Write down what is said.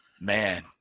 Man